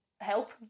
help